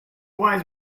wise